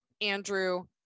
Andrew